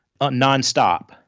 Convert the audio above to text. nonstop